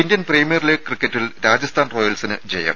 Indian premier league ക്രിക്കറ്റിൽ രാജസ്ഥാൻ റോയൽസിന് ജയം